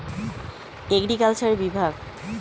এমন এক ধরনের সংস্থা যেখানে আঞ্চলিক জিনিস দেখার সরকার থাকে